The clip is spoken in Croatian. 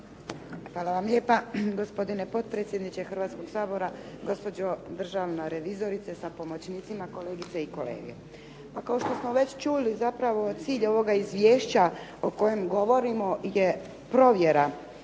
Hvala vam lijepa. Gospodine potpredsjedniče Hrvatskog sabora, gospođo državna revizorice sa pomoćnicima, kolegice i kolege. Kao što smo čuli već zapravo cilj ovoga izvješća o kojem govorimo je provjera